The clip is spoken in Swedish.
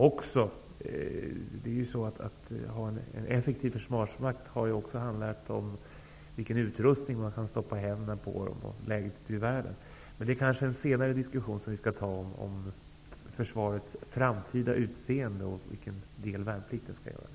I en effektiv försvarsmakt handlar det också om vilken utrustning man kan sätta i händerna på de värnpliktiga och om läget ute i världen. Men vi kanske skall ta en diskussion senare om försvarets framtida utseende och om värnpliktens roll i detta.